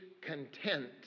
content